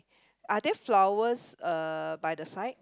are there flowers by the side